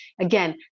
Again